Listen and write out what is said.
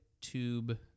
tube